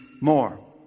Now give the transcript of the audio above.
more